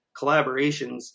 collaborations